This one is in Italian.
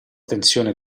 tensione